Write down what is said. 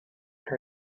her